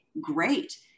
Great